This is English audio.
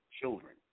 children